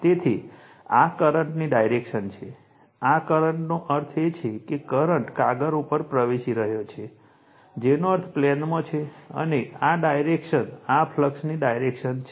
તેથી આ કરંટની ડાયરેક્શન છે આ કરંટનો અર્થ એ છે કે કરંટ કાગળ ઉપર પ્રવેશી રહ્યો છે જેનો અર્થ પ્લેનમાં છે અને આ ડાયરેક્શન આ ફ્લક્સની ડાયરેક્શન છે